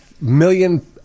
million